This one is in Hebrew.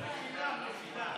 מחילה.